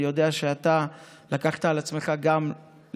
אני יודע שלקחת על עצמך לסייע.